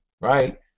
right